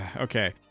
okay